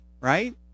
right